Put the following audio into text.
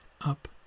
Up